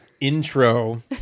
intro